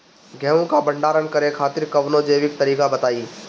गेहूँ क भंडारण करे खातिर कवनो जैविक तरीका बताईं?